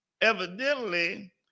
evidently